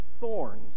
thorns